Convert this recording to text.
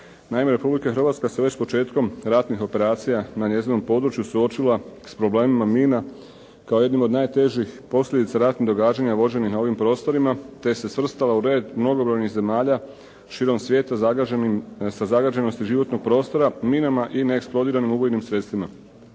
Naime, Republika Hrvatska se već početkom ratnih operacija na njezino području suočila s problemima mina kao jednim od najtežih posljedica ratnih događanja vođenih na ovim prostorima te se svrstala u red mnogobrojnih zemalja širom svijeta zagađenim, sa zagađenosti životnog prostora minama i neeksplodiranim ubojnim sredstvima.